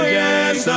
yes